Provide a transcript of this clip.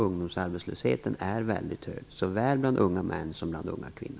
Ungdomsarbetslösheten är väldigt hög såväl bland unga män som bland unga kvinnor.